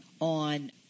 on